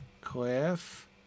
Cliff